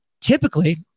typically